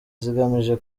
zigamije